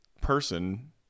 person